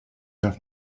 darf